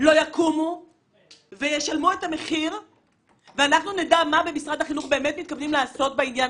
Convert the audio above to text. לא ישלמו את המחיר ואנחנו נדע מה במשרד החינוך מתכוונים לעשות בעניין,